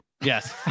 yes